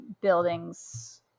buildings